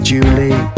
Julie